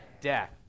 death